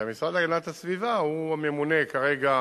והמשרד להגנת הסביבה הוא הממונה כרגע,